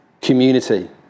community